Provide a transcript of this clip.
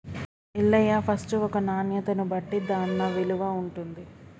Ellaiah first ఒక నాణ్యతను బట్టి దాన్న విలువ ఉంటుంది